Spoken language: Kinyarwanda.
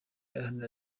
iharanira